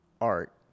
art